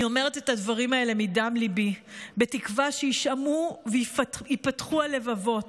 אני אומרת את הדברים האלה מדם ליבי בתקווה שיישמעו וייפתחו הלבבות.